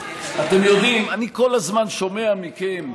אתם יודעים, אני כל הזמן שומע מכם,